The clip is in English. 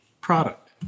product